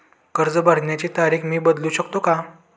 कर्ज भरण्याची तारीख मी बदलू शकतो का?